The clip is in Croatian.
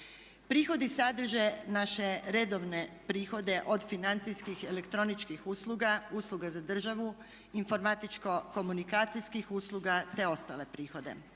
Prihodi sadrže naše redovne prihode od financijskih, elektroničkih usluga, usluga za državu, informatičko-komunikacijskih usluga, te ostale prihode.